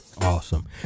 awesome